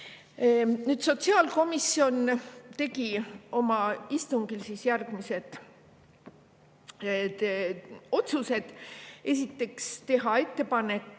Sotsiaalkomisjon tegi oma istungil järgmised otsused. Esiteks, teha ettepanek